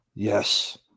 Yes